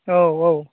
औ औ